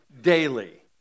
daily